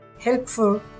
Helpful